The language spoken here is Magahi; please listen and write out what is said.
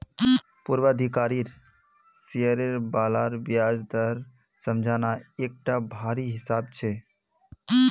पूर्वाधिकारी शेयर बालार ब्याज दर समझना एकटा भारी हिसाब छै